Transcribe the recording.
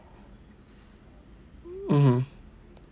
mmhmm